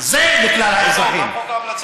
זה לכלל האזרחים.